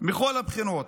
מכל הבחינות,